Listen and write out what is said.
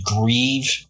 grieve